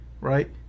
right